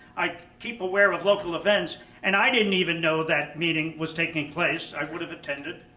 i keep aware of local events and i didn't even know that meeting was taking place. i would have attended.